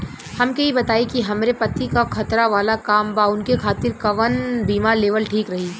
हमके ई बताईं कि हमरे पति क खतरा वाला काम बा ऊनके खातिर कवन बीमा लेवल ठीक रही?